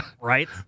Right